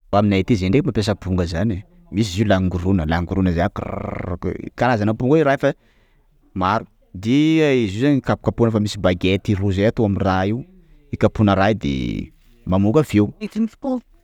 Aminay aty, zay ndreka mampiasa amponga zany ein! _x000D_ Misy izy io langorona, langorona zany krrrraoka karazana aponga ze raha io fa maro, de izy io zany kapokapohana efa misy bagety roa zay atao amin'ny raha io ikapohana raha io de, mamoaka feo.